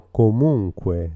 comunque